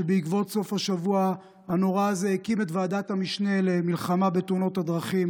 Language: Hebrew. שבעקבות סוף השבוע הנורא הזה הקים את ועדת המשנה למלחמה בתאונות הדרכים.